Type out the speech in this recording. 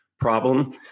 problem